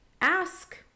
ask